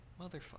Motherfucker